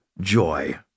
joy